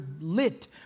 lit